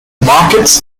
markets